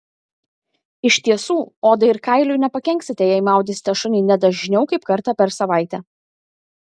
iš tiesų odai ir kailiui nepakenksite jei maudysite šunį ne dažniau kaip kartą per savaitę